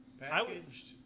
Packaged